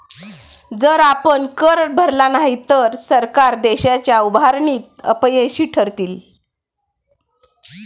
जर आपण कर भरला नाही तर सरकार देशाच्या उभारणीत अपयशी ठरतील